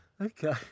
Okay